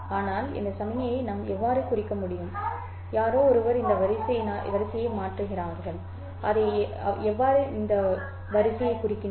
அவை எவ்வாறு அந்த வரிசையை குறிக்கின்றன